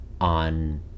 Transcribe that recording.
on